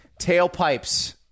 Tailpipes